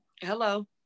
Hello